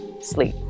sleep